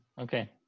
Okay